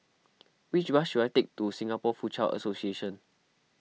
which bus should I take to Singapore Foochow Association